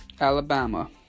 Alabama